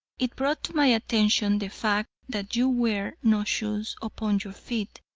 it brought to my attention the fact that you wear no shoes upon your feet,